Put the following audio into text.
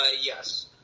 yes